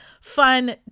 fun